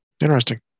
interesting